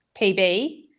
PB